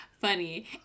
funny